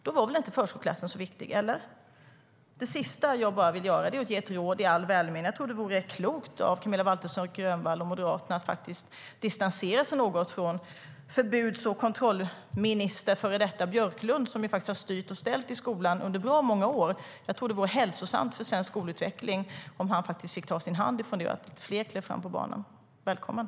Då var väl inte förskoleklassen så viktig, eller?